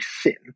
sin